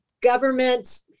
government